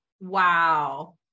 Wow